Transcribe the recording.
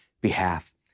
behalf